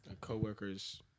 co-workers